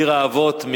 מעיר האבות,